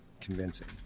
convincing